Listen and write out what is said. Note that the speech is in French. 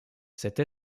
cette